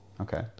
Okay